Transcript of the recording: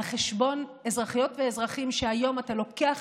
על חשבון אזרחיות ואזרחים שהיום אתה לוקח